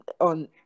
on